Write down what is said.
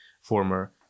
former